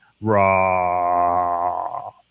raw